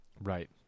right